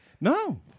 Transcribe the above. No